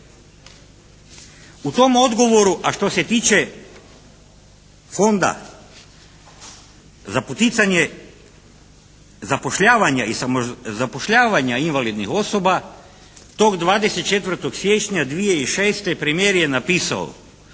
U tom odgovoru, a što se tiče Fonda za poticanje zapošljavanja i samozapošljavanja invalidnih osoba tog 24. siječnja 2006. premijer je napisao: